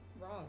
wrong